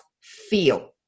feel